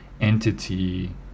entity